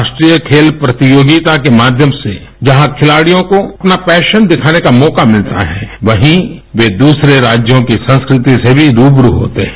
राष्ट्रीय खेल प्रतियोगिता के माध्यम से जहां खिलाड़ियों को अपना पैशन दिखाने का मौका मिलता है वहीं वे दूसरे राज्यों की संस्कृति से भी रूबरू होते हैं